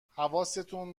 حواستون